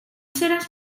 seràs